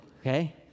okay